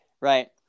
right